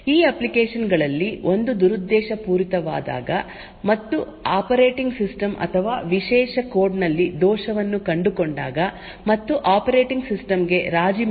ಈ ಅಪ್ಲಿಕೇಶನ್ ಗಳಲ್ಲಿ ಒಂದು ದುರುದ್ದೇಶಪೂರಿತವಾದಾಗ ಮತ್ತು ಆಪರೇಟಿಂಗ್ ಸಿಸ್ಟಮ್ ಅಥವಾ ವಿಶೇಷ ಕೋಡ್ ನಲ್ಲಿ ದೋಷವನ್ನು ಕಂಡುಕೊಂಡಾಗ ಮತ್ತು ಆಪರೇಟಿಂಗ್ ಸಿಸ್ಟಮ್ ಗೆ ರಾಜಿ ಮಾಡಿಕೊಂಡಾಗ ಈಗ ಸಮಸ್ಯೆ ಉಂಟಾಗುತ್ತದೆ